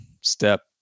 step